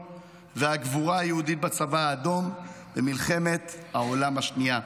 והגבורה היהודית בצבא האדום במלחמת העולם השנייה.